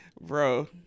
Bro